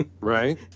Right